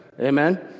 Amen